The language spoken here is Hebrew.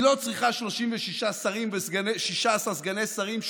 היא לא צריכה 36 שרים ו-16 סגני שרים,